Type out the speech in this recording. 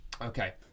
Okay